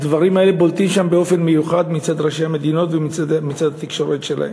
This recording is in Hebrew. הדברים האלה בולטים שם באופן מיוחד מצד ראשי המדינות ומצד התקשורת שלהן.